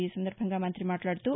ఈ సందర్భంగా మంతి మాట్లాడుతూ